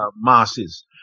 masses